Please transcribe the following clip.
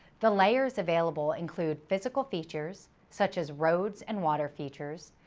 the layers available include physical features, such as roads and water features,